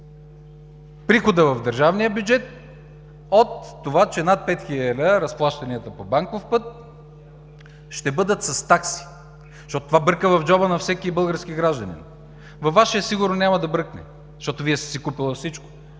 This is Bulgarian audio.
приходът в държавния бюджет от това, че над 5 хил. лв. – разплащанията по банков път – ще бъдат с такси? Защото това бърка в джоба на всеки български гражданин. Във Вашия сигурно няма да бръкне, защото Вие сте си купила всичко.